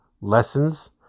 lessons